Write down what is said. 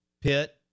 Pitt